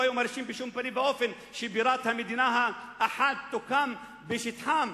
הרשו בשום פנים ואופן שבירת המדינה האחת תוקם בשטחם.